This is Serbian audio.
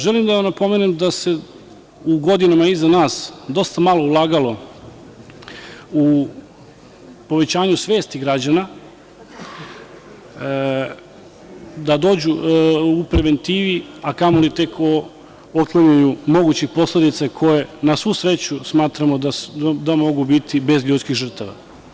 Želim da napomenem da se u godinama iza nas dosta malo ulagalo u povećanje svesti građana, u preventivu, a kamoli tek u otklanjanju mogućih posledica koje, na svu sreću, smatramo da mogu biti bez ljudskih žrtava.